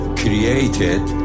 created